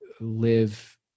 live